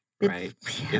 right